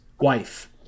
wife